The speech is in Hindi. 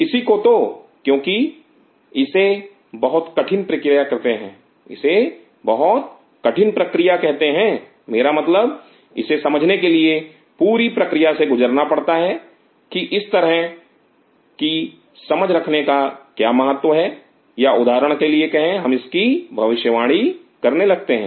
इसी को तो क्योंकि इसे बहुत कठिन प्रक्रिया कहते हैं मेरा मतलब इसे समझने के लिए पूरी प्रक्रिया से गुजरना पड़ता है कि इस तरह की समझ रखने का क्या महत्व है या उदाहरण के लिए कहे हम इसकी भविष्यवाणी करने लगते हैं